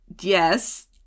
Yes